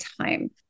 time